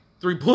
three